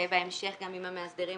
ובהמשך גם למאסדרים,